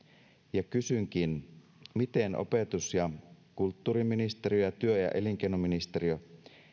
ja kysynkin miten opetus ja kulttuuriministeriö ja työ ja elinkeinoministeriö